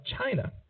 China